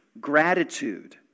gratitude